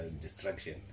destruction